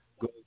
Go